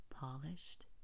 polished